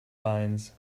lines